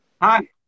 Hi